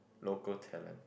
local talent